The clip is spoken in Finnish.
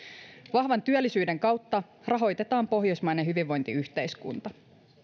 vahvan työllisyyden kautta rahoitetaan pohjoismainen hyvinvointiyhteiskunta